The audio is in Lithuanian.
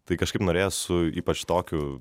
tai kažkaip norėjos su ypač tokiu